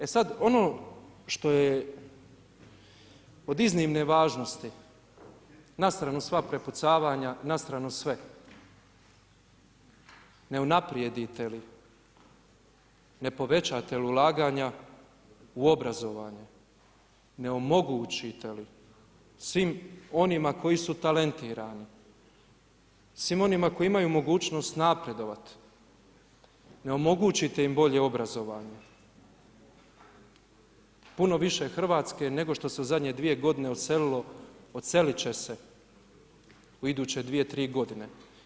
E sad ono što je od iznimne važnosti, na stranu sva prepucavanja, na stranu sve, ne unaprijedite li, ne povećate li ulaganja u obrazovanje, ne omogućite li svim onima koji su talentirani, svim onima koji imaju mogućnost napredovati, ne omogućite li im bolje obrazovanje, puno više Hrvatske nego što se u zadnje 2 godine odselilo, odseliti će se u iduće, 2, 3 godine.